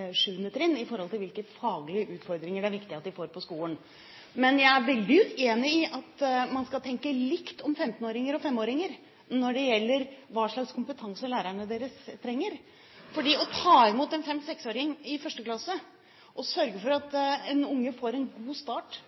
og 7. trinn i forhold til hvilke faglig utfordringer det er viktig at de får på skolen. Men jeg er veldig uenig i at man skal tenke likt om 15-åringer og 5-åringer når det gjelder hva slags kompetanse lærerne deres trenger, for å ta imot en 5- eller 6-åring i første klasse og sørge for at en unge får en god start